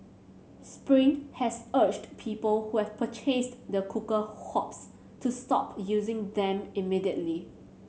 spring has urged people who have purchased the cooker hobs to stop using them immediately